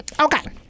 Okay